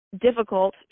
difficult